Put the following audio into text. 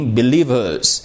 believers